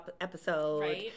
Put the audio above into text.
episode